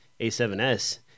A7S